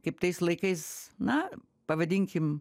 kaip tais laikais na pavadinkim